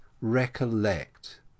recollect